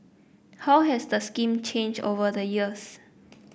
how has the scheme changed over the years